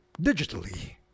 digitally